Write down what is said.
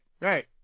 Right